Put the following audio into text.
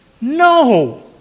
No